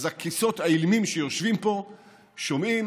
אז הכיסאות האילמים שיושבים פה לא שומעים,